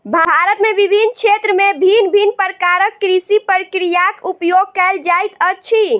भारत में विभिन्न क्षेत्र में भिन्न भिन्न प्रकारक कृषि प्रक्रियाक उपयोग कएल जाइत अछि